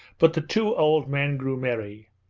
but the two old men grew merry.